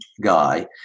guy